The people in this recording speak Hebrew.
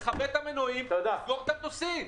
נכבה מנועים ונזרוק את הנוסעים,